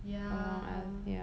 ya